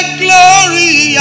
glory